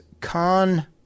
con